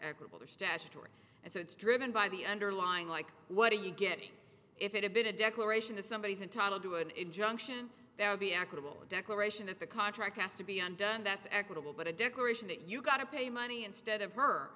equable the statutory and so it's driven by the underlying like what are you getting if it had been a declaration that somebody is entitled to an injunction that would be accurately declaration that the contract has to be undone that's equitable but a declaration that you've got to pay money instead of her